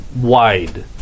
wide